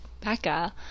becca